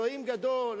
אלוהים גדול,